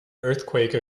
earthquake